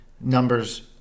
numbers –